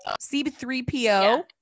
c3po